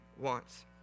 wants